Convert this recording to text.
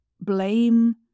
blame